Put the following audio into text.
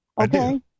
Okay